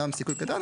אומנם סיכוי קטן,